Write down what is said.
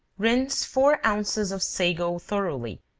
rinse four ounces of sago thoroughly,